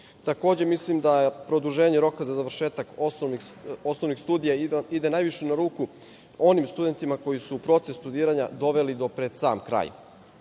Takođe, mislim da produženje roka za završetak osnovnih studija ide najviše na ruku onim studentima koji su proces studiranja doveli do pred sam kraj.